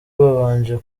babanje